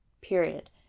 period